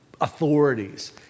authorities